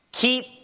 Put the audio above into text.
Keep